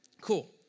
Cool